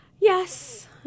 Yes